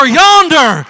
yonder